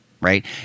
right